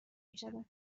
میشود